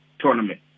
tournament